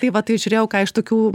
tai va tai žiūrėjau ką iš tokių